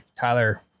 Tyler